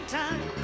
time